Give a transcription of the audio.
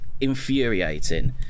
infuriating